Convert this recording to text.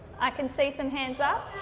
i can see some hands up.